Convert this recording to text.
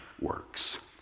works